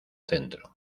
centro